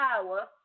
power